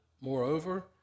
Moreover